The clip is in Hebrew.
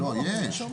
לא, יש.